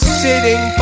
sitting